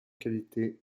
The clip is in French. qualité